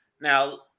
Now